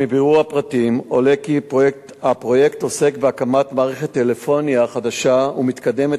מבירור הפרטים עולה כי הפרויקט עוסק בהקמת מערכת טלפוניה חדשה ומתקדמת